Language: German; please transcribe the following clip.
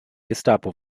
gestapo